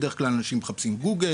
אנשים בדרך כלל מחפשים בגוגל,